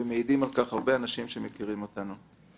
מעידים על כך הרבה אנשים שמכירים אותנו.